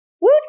woo